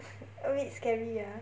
oh wait scary ah